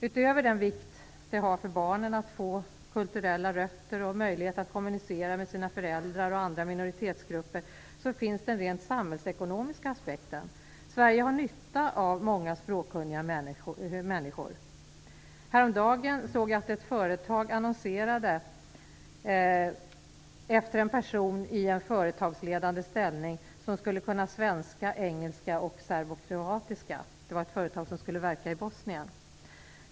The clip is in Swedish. Utöver den vikt det har för barnet att få kulturella rötter och möjlighet att kommunicera med sina föräldrar och andra minoritetsgrupper finns det den rent samhällsekonomiska aspekten. Sverige har nytta av många språkkunniga människor. Häromdagen såg jag att ett företag annonserade efter en person i en företagsledande ställning som skulle kunna svenska, engelska och serbokroatiska. Det var ett företag som skulle verka i Bosnien.